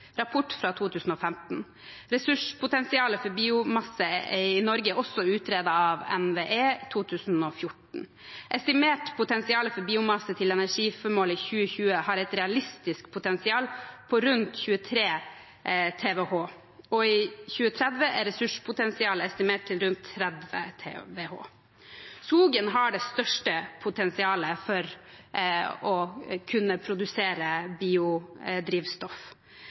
fra 2015. Ressurspotensialet for biomasse i Norge er også utredet av NVE i 2014. Estimert potensial for biomasse til energiformål i 2020 har et realistisk potensial på rundt 23 TWh, og i 2023 er ressurspotensialet estimert til rundt 30 TWh. Skogen har det største potensialet for å kunne produsere biodrivstoff.